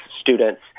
students